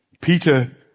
Peter